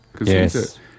Yes